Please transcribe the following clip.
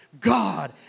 God